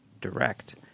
direct